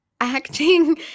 acting